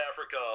Africa